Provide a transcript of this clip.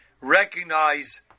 recognize